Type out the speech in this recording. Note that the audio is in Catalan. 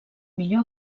millor